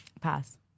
Pass